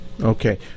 Okay